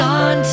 on